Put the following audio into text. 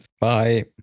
Bye